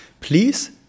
please